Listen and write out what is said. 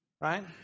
right